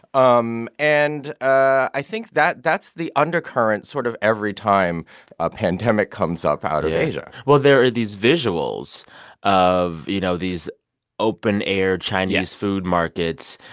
um and i think that that's the undercurrent sort of every time a pandemic comes up out of asia well, there are these visuals of, you know, these open-air chinese. yes. food markets,